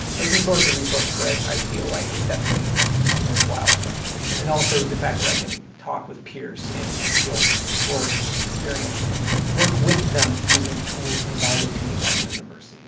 those are the sorts of resources that i feel, like, is definitely worth while for my tuition, and also the fact that i can talk with peers in a real world experience, and and work with them using tools provided to me by the university.